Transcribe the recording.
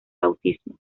bautismo